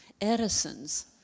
Edison's